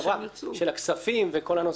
של הכספים וכל הנושא הזה.